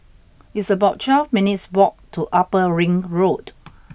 it's about twelve minutes' walk to Upper Ring Road